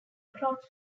crop